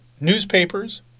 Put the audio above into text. newspapers